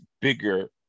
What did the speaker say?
bigger